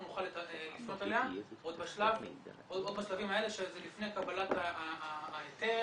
נוכל לפנות אליה עוד בשלבים האלה שזה לפני קבלת ההיתר